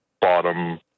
bottom—